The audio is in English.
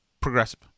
progressive